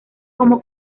como